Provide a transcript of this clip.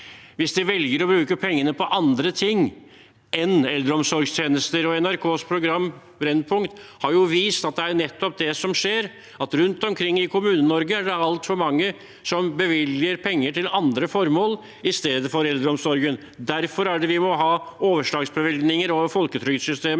hvis de velger å bruke pengene på andre ting enn eldreomsorgstjenester. NRKs program Brennpunkt har jo vist at det er nettopp det som skjer, at rundt omkring i Kommune-Norge er det altfor mange som bevilger penger til andre formål enn eldreomsorgen. Derfor må vi ha overslagsbevilgninger over folketrygdsystemet,